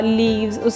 leaves